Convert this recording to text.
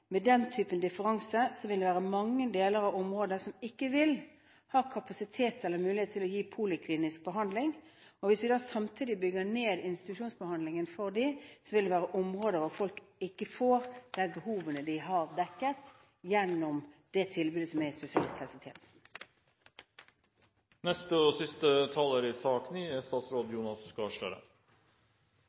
Med den typen differanse vil det være mange deler av området som ikke vil ha kapasitet eller mulighet til å gi poliklinisk behandling. Og hvis vi da samtidig bygger ned institusjonstilbudene for denne gruppen, vil de være områder der folk ikke får dekket de behovene de har, gjennom det tilbudet som er i spesialisthelsetjenesten. Jeg mener at denne debatten har vært god fordi den har vært samlet om det vi er